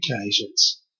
occasions